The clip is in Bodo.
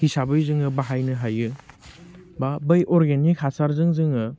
हिसाबै जोङो बाहायनो हायो बा बै अरगेनिक हासारजों जोङो